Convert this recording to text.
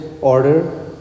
order